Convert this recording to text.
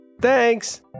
Thanks